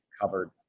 covered